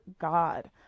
God